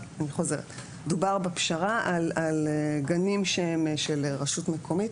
דובר בפשרה על גנים של רשות מקומית,